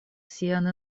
sian